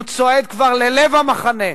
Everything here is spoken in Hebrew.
והוא צועד כבר ללב המחנה.